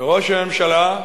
וראש הממשלה,